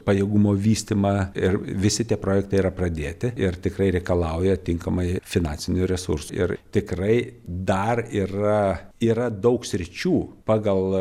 pajėgumų vystymą ir visi tie projektai yra pradėti ir tikrai reikalauja tinkamai finansinių resursų ir tikrai dar yra yra daug sričių pagal